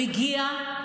הוא הגיע,